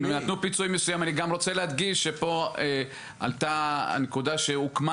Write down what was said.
נתנו פיצוי מסוים ובו עלתה הנקודה שהוקמה